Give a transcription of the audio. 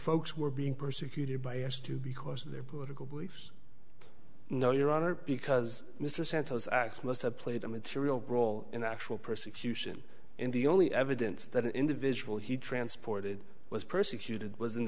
folks were being persecuted by us too because of their political beliefs no your honor because mr santos x must have played a material role in actual persecution and the only evidence that an individual he transported was persecuted was